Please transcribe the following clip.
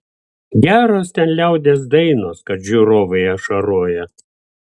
geros ten liaudies dainos kad žiūrovai ašaroja